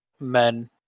Men